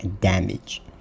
damage